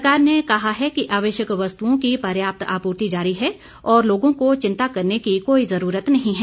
सरकार ने कहा है कि आवश्यक वस्तुओं की पर्याप्त आपूर्ति जारी है और लोगों को चिंता करने की कोई जरूरत नहीं है